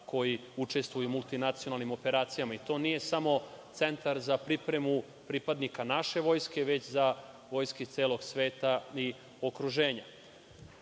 koji učestvuju u multinacionalnim operacijama. To nije samo centar za pripremu pripadnika naše vojske, već za vojske iz celog sveta i okruženja. Nadam